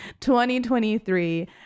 2023